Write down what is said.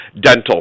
dental